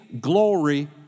glory